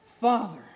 Father